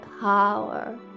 power